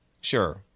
Sure